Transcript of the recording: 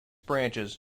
branches